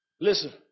Listen